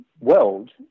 world